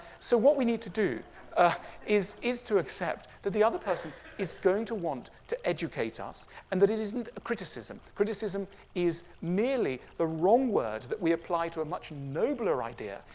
so what we need to do ah is is to accept that the other person is going to want to educate us and that it isn't a criticism. criticism is merely the wrong word that we apply to a much nobler idea,